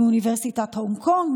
מאוניברסיטת הונג קונג,